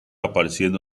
apareciendo